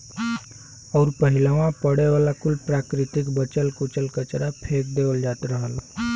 अउर पहिलवा पड़े वाला कुल प्राकृतिक बचल कुचल कचरा फेक देवल जात रहल